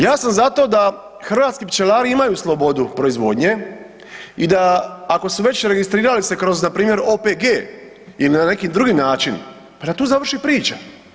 Ja sam za to da hrvatski pčelari imaju slobodu proizvodnje i da, ako su već registrirali se kroz, npr. OPG ili na neki drugi način, da tu završi priča.